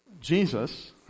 Jesus